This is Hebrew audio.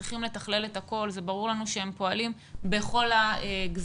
צריכים לתכלל את הכול וברור לנו שהם פועלים בכל הגזרות,